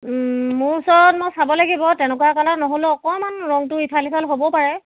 মোৰ ওচৰত মই চাব লাগিব তেনেকুৱা কালাৰ নহ'লেও অকণমান ৰংটো ইফাল ইফাল হ'বও পাৰে